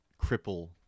cripple